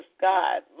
God